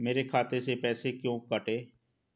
मेरे खाते से पैसे क्यों कटे?